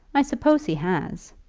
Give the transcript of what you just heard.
i suppose he has.